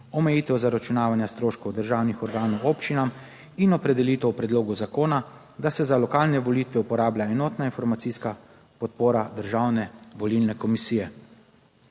omejitev zaračunavanja stroškov državnih organov občinam in opredelitev v predlogu zakona, da se za lokalne volitve uporablja enotna informacijska podpora Državne volilne komisije.